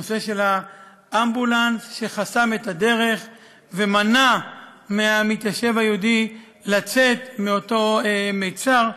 הנושא של האמבולנס שחסם את הדרך ומנע מהמתיישב היהודי לצאת מאותו מיצר,